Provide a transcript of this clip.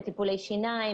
בטיפולי שיניים,